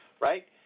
right